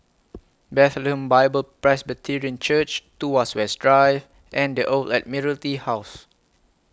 Bethlehem Bible Presbyterian Church Tuas West Drive and The Old Admiralty House